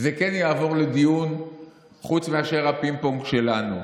זה כן יעבור לדיון חוץ מאשר הפינג-פונג שלנו,